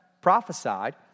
prophesied